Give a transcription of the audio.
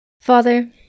Father